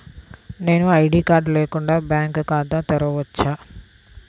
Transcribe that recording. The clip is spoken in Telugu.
నేను ఐ.డీ కార్డు లేకుండా బ్యాంక్ ఖాతా తెరవచ్చా?